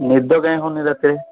ନିଦ କାହିଁ ହେଉନି ରାତିରେ